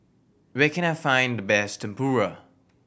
where can I find the best Tempura